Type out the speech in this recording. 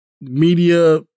media